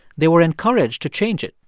they were encouraged to change it,